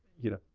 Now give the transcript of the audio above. you know,